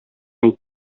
әйт